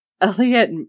Elliot